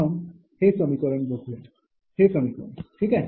प्रथम हे समीकरण बघूया हे समीकरण ठीक आहे